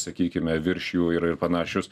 sakykime virš jų yra ir panašius